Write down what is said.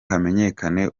hamenyekane